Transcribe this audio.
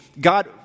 God